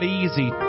easy